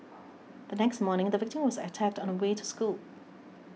the next morning the victim was attacked on the way to school